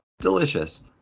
delicious